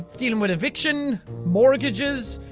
dealing with fiction, mortgages.